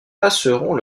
passeront